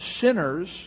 sinners